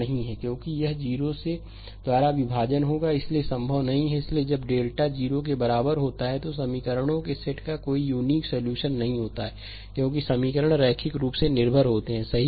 slide समय देखें 0726 क्योंकि यह 0s द्वारा विभाजन होगा इसलिए संभव नहीं है इसलिए जब डेल्टा 0 के बराबर होता है तो समीकरणों के सेट का कोई यूनीक सॉल्यूशन नहीं होता है क्योंकि समीकरण रैखिक रूप से निर्भर होते हैं सही